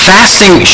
Fasting